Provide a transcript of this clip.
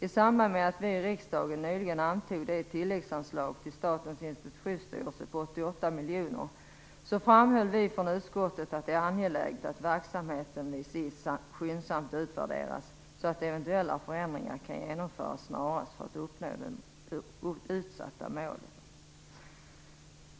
I samband med att vi i riksdagen nyligen antog det tilläggsanslag till Statens institutionsstyrelse på 88 miljoner framhöll vi från utskottet att det är angeläget att verksamheten vid SiS skyndsamt utvärderas så att eventuella förändringar kan genomföras snarast för att uppnå det utsatta målet.